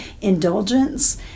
indulgence